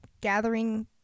gathering